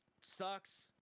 sucks